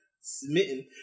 smitten